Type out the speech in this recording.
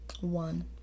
One